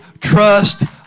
trust